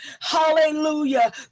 hallelujah